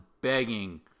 begging